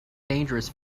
dangerous